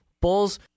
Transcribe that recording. Bulls